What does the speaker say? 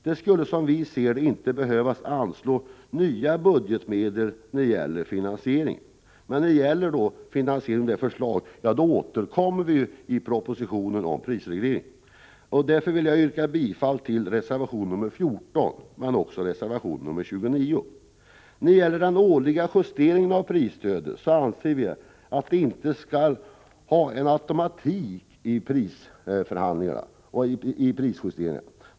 Det skulle, som vi ser det, inte behöva anslås nya budgetmedel. Men när det gäller finansieringen av förslaget återkommer vi i samband med propositionen om prisreglering. Jag yrkar bifall till reservationerna 14 och 29. När det gäller den årliga justeringen av prisstödet anser vi att det inte skall vara en automatik i prisjusteringarna.